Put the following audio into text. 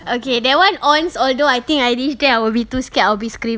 okay that [one] ons although I think I reach there I will be too scared I'll be screaming